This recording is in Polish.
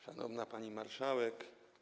Szanowna Pani Marszałek!